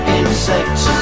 insects